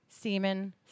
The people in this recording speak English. Semen